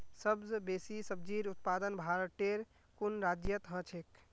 सबस बेसी सब्जिर उत्पादन भारटेर कुन राज्यत ह छेक